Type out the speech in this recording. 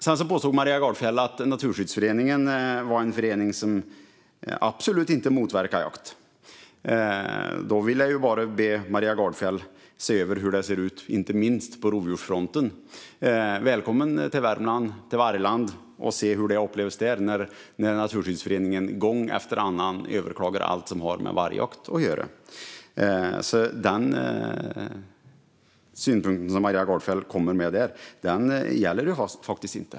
Sedan påstod Maria Gardfjell att Naturskyddsföreningen var en förening som absolut inte motverkar jakt. Då vill jag bara be Maria Gardfjell se över hur det ser ut, inte minst på rovdjursfronten. Välkommen till Värmland, till vargland, och se hur det upplevs där när Naturskyddsföreningen gång efter annan överklagar allt som har med vargjakt att göra! Den synpunkt som Maria Gardfjell kommer med gäller faktiskt inte.